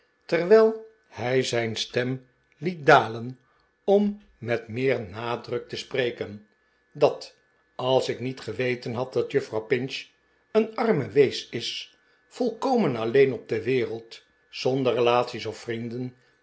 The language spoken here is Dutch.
terwijl hij zijn stem liet dalen om met meer nadruk te spreken dat als ik niet geweten had dat juffrouw pinch een arme wees is volkomen alleen op de wereld zonder relaties of vrienden